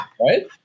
right